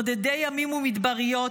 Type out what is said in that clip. נודדי ימים ומדבריות